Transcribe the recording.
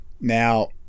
Now